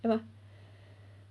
对 mah